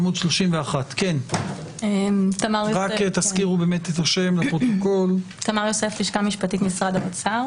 עמוד 31. הלשכה המשפטית, משרד האוצר.